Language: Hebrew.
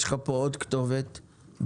יש לך פה עוד כתובת בעוגן,